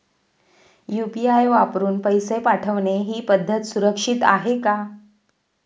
UPI वापरून पैसे पाठवणे ही पद्धत सुरक्षित आहे का?